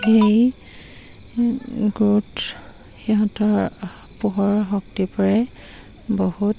এই গ্ৰৌথ সিহঁতৰ পোহৰৰ শক্তিৰ পৰাই বহুত